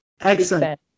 Excellent